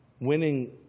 winning